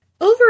Over